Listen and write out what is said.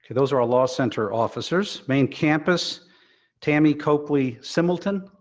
those are our law center officers. main campus tammi coakley-simelton,